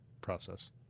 process